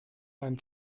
ein